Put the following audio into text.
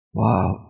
Wow